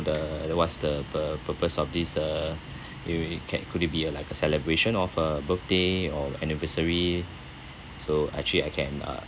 the the what's the uh purpose of this uh you you can could it be like a celebration of a birthday or anniversary so actually I can uh